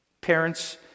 Parents